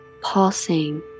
pulsing